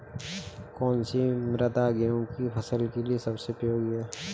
कौन सी मृदा गेहूँ की फसल के लिए सबसे उपयोगी है?